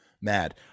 mad